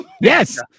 Yes